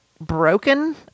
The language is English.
broken